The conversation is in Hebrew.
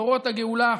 דורות הגאולה,